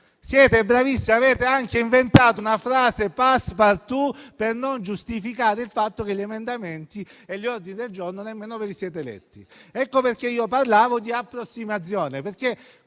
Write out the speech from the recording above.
Siete bravissimi: avete anche inventato una frase *passepartout* per giustificare il fatto che gli emendamenti e gli ordini del giorno nemmeno li avete letti. È per questo che parlavo di approssimazione.